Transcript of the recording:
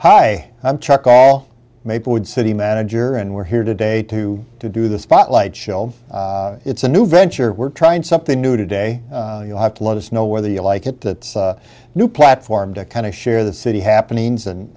hi i'm chuck all maplewood city manager and we're here today to do the spotlight show it's a new venture we're trying something new today you'll have to let us know whether you like it that new platform to kind of share the city happenings and